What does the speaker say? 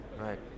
Right